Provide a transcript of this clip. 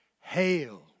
Hail